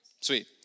Sweet